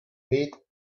beat